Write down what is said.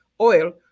oil